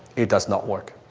it does not work.